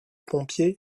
pompiers